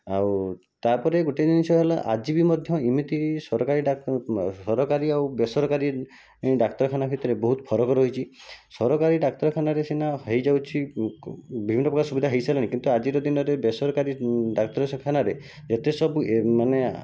ଆଉ ତା'ପରେ ଗୋଟିଏ ଜିନିଷ ହେଲା ଆଜି ବି ମଧ୍ୟ ଏମିତି ସରକାରୀ ଡାକ୍ତର ସରକାରୀ ଆଉ ବେସରକାରୀ ଡାକ୍ତରଖାନା ଭିତରେ ବହୁତ ଫରକ ରହିଛି ସରକାରୀ ଡାକ୍ତରଖାନାରେ ସିନା ହୋଇଯାଉଛି ବିଭିନ୍ନ ପ୍ରକାର ସୁବିଧା ହୋଇ ସାରିଲାଣି କିନ୍ତୁ ଆଜିର ଦିନରେ ବେସରକାରୀ ଡାକ୍ତରଖାନାରେ ଏତେ ସବୁ ଏ ମାନେ